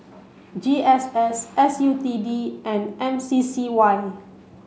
G S S S U T D and M C C Y